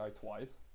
twice